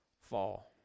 fall